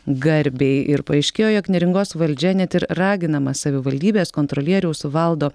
garbei ir paaiškėjo jog neringos valdžia net ir raginama savivaldybės kontrolieriaus valdo